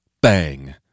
Bang